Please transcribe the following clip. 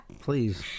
please